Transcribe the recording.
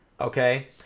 okay